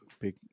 big